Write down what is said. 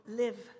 live